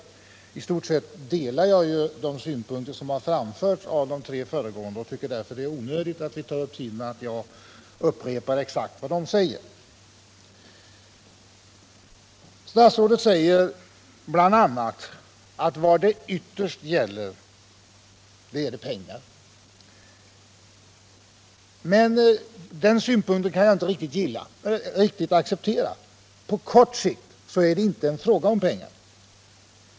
Jag instämmer dessutom i stort sett i de synpunkter som framförts av de tre föregående talarna, och det är också därför onödigt att jag upprepar exakt vad de sade. Statsrådet säger bl.a. att vad det här ytterst gäller är pengar. Den synpunkten kan jag emellertid inte riktigt acceptera. På kort sikt är det inte fråga om pengar.